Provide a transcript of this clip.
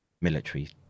military